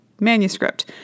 manuscript